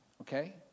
okay